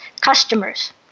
customers